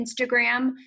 Instagram